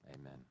amen